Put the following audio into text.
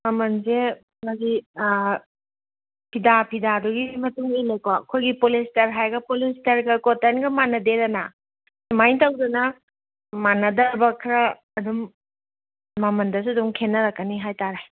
ꯃꯃꯟꯁꯦ ꯃꯥꯗꯤ ꯐꯤꯗꯥ ꯐꯤꯗꯥꯗꯨꯒꯤ ꯃꯇꯨꯡ ꯏꯜꯂꯦꯀꯣ ꯑꯩꯈꯣꯏꯒꯤ ꯄꯣꯂꯤꯁꯇꯔ ꯍꯥꯏꯔꯒ ꯄꯣꯂꯤꯁꯇꯔꯒ ꯀꯣꯇꯟꯒ ꯃꯥꯟꯅꯗꯦꯗꯅ ꯁꯨꯃꯥꯏꯅ ꯇꯧꯗꯅ ꯃꯥꯟꯅꯗꯕ ꯈꯔ ꯑꯗꯨꯝ ꯃꯃꯟꯗꯁꯨ ꯑꯗꯨꯝ ꯈꯦꯠꯅꯔꯛꯀꯅꯤ ꯍꯥꯏꯇꯥꯔꯦ